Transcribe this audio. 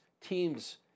teams